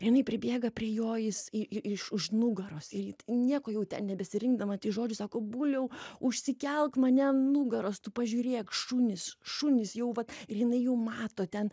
ir jinai pribėga prie jo jis į į iš už nugaros ir nieko jau ten nebesirinkdama žodžių sako buliau užsikelk mane an nugaros tu pažiūrėk šunys šunys jau vat ir jinai jau mato ten